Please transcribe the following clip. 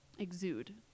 exude